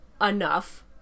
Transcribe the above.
enough